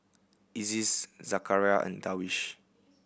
Aziz Zakaria and Darwish